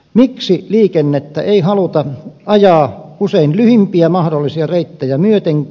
miksi liikennettä ei haluta ajaa usein lyhimpiä mahdollisia reittejä myöten